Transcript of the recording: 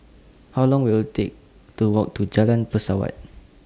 How Long Will IT Take to Walk to Jalan Pesawat